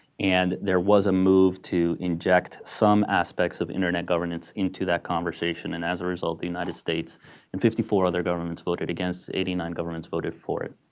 and there was a move to inject some aspects of internet governance into that conversation. and as a result, the united states and fifty four other governments voted against, eighty nine governments voted for it.